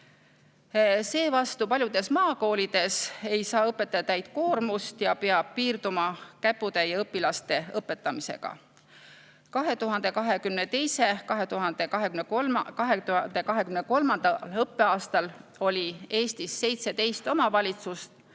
Seevastu paljudes maakoolides ei saa õpetaja täit koormust ja peab piirduma käputäie õpilaste õpetamisega. 2022/23. õppeaastal oli Eestis 17 omavalitsust,